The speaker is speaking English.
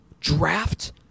draft